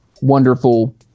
wonderful